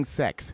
sex